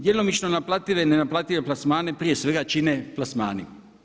Djelomično naplative i nenaplative plasmane prije svega čine plasmani.